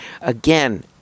Again